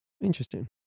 interesting